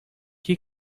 que